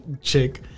chick